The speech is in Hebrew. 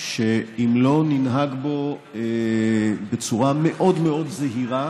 שאם לא ננהג בו בצורה מאוד מאוד זהירה